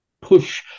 push